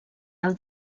del